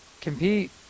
compete